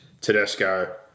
Tedesco